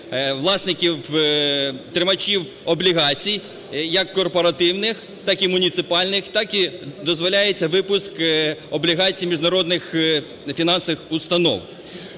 власників, тримачів облігацій як корпоративних, так і муніципальних, так і дозволяється випуск облігацій міжнародних фінансових установ